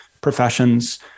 professions